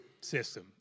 system